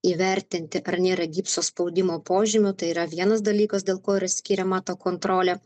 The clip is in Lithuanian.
įvertinti ar nėra gipso spaudimo požymių tai yra vienas dalykas dėl ko yra skiriama to kontrolė